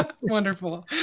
Wonderful